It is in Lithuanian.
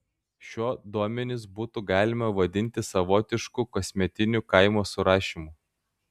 šiuo duomenis būtų galima vadinti savotišku kasmetiniu kaimo surašymu